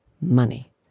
money